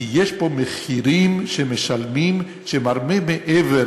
כי יש פה מחירים שמשלמים שהם הרבה מעבר